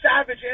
savage